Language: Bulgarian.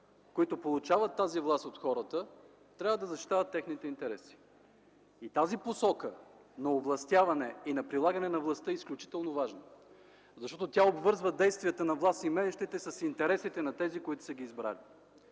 които получават тази власт от хората, трябва да защитават техните интереси. Тази посока на овластяване и на прилагане на властта е изключително важна. Тя обвързва действията на властимащите с интересите на тези, които са ги избрали.